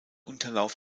unterlauf